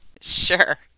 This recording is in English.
Sure